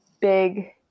big